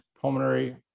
pulmonary